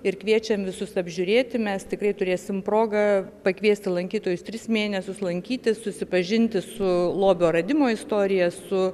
ir kviečiam visus apžiūrėti mes tikrai turėsim progą pakviesti lankytojus tris mėnesius lankytis susipažinti su lobio radimo istorija su